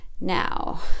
Now